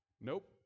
Nope